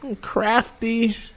crafty